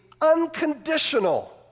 unconditional